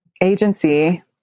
agency